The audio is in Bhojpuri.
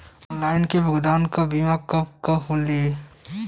बीमा के भुगतान कब कब होले?